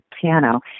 piano